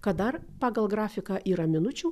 kad dar pagal grafiką yra minučių